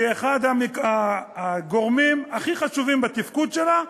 כאחד הגורמים הכי חשובים בתפקוד שלה,